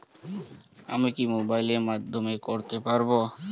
আমি কি মোবাইলের মাধ্যমে করতে পারব?